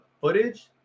footage